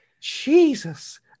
Jesus